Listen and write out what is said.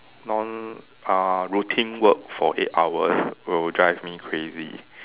non uh routine work for eight hours will drive me crazy